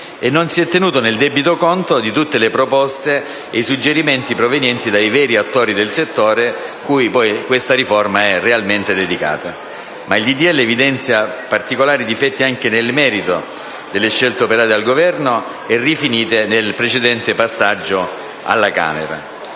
e non si è tenuto debito conto di tutte le proposte e i suggerimenti provenienti dai veri attori del settore, cui, poi, questa riforma è realmente dedicata. Il disegno di legge evidenzia particolari difetti anche nel merito delle scelte operate dal Governo e rifinite nel precedente passaggio alla Camera.